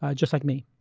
ah just like me.